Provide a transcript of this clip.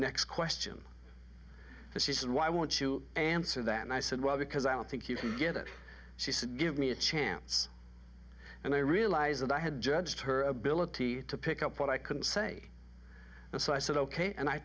next question and she said why won't you answer that and i said well because i don't think you can get it she said give me a chance and i realized that i had judged her ability to pick up what i couldn't say so i said ok and i